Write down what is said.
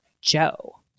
Joe